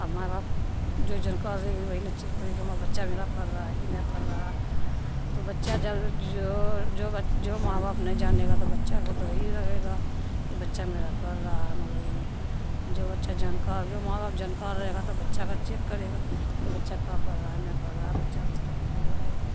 اب مائی باپ جو جانکار رہے گی وہی نا چیک کرے گی کہ ہمارا بچہ میرا پڑھ رہا ہے کہ نہیں پڑھ رہا تو بچہ جب جو جو جو ماں باپ نہیں جانے گا تو بچہ کو تو یہی لگے گا کہ بچہ میرا پڑھ رہا ہے موبائل میں جو بچہ جانکار جو ماں باپ جانکار رہے گا تو بچہ کا چیک کرے گا کہ بچہ کا پڑھ رہا ہے نہیں پڑھ رہا بچہ کو دیکھے گی بھالے گی